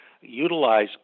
utilize